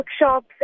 workshops